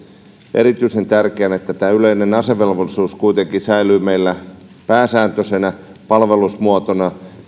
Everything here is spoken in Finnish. erityisen tärkeänä että yleinen asevelvollisuus kuitenkin säilyy meillä pääsääntöisenä palvelusmuotona